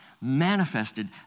manifested